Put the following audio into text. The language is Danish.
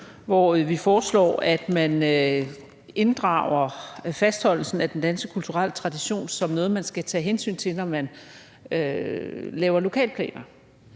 hvor vi foreslår, at man inddrager fastholdelsen af den danske kulturelle tradition som noget, man skal tage hensyn til, når man laver lokalplaner.